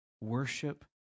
Worship